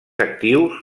actius